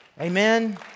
Amen